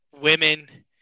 women